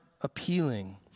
appealing